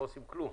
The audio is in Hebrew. שלא עושים כלום,